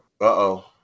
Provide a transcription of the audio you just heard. Uh-oh